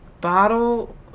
bottle